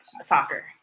soccer